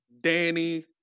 Danny